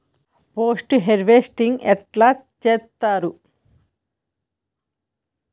Post harvesting ఎట్ల చేత్తరు?